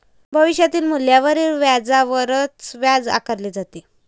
भविष्यातील मूल्यावरील व्याजावरच व्याज आकारले जाते